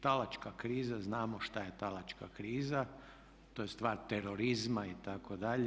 Talačka kriza znamo šta je talačka kriza, to je stvar terorizma itd.